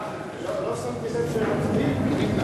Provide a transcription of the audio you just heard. לא שמתי לב שמצביעים.